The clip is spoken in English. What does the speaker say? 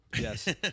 Yes